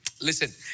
Listen